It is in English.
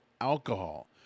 alcohol